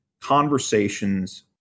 conversations